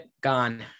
gone